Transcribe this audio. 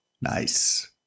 Nice